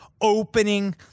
opening